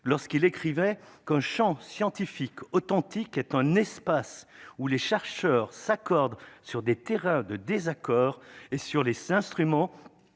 lorsqu'il écrivait qu'un Champ scientifique authentique est un espace où les chercheurs s'accordent sur des terrains de désaccord et sur les seins instruments